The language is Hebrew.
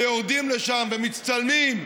ויורדים לשם ומצטלמים,